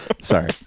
Sorry